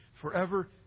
forever